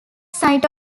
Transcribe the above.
site